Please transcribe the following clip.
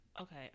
Okay